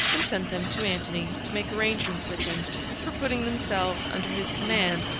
and sent them to antony to make arrangements with him for putting themselves under his command,